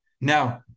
Now